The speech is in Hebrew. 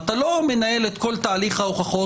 אתה לא מנהל את כל תהליך ההוכחות,